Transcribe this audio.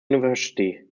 university